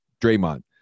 Draymond